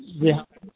जी हाँ मैडम